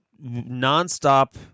nonstop